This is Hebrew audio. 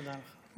תודה לך.